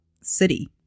city